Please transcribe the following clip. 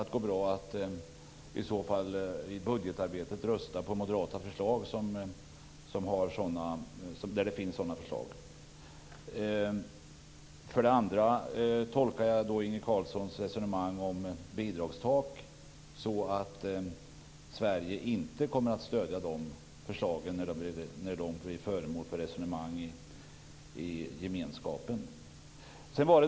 Det går då bra att i budgetarbetet rösta för moderata förslag med den inriktningen. För det andra tolkar jag Inge Carlssons resonemang om bidragstak så att Sverige inte kommer att stödja sådana förslag när de blir föremål för resonemang i gemenskapen.